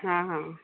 हा हा